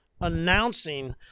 announcing